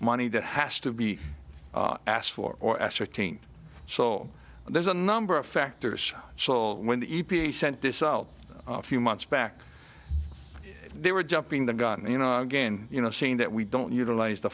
money that has to be asked for or ascertain so there's a number of factors so when the e p a sent this out a few months back they were jumping the gun and you know again you know saying that we don't utilize the